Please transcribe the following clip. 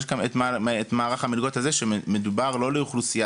יש את מערך המלגות הזה שמדובר לא לאוכלוסייה